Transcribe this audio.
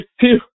two